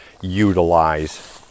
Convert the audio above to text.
utilize